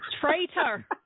Traitor